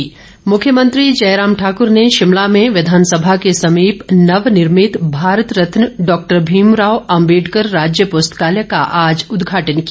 पुस्तकालय मुख्यमंत्री जयराम ठाक्र ने शिमला में विधानसभा के समीप नवनिर्मित भारत रत्न डॉक्टर भीम राव अम्बेडकर राज्य पुस्तकालय का आज उदघाटन किया